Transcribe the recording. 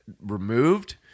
removed